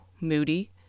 moody